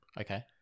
Okay